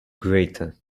greater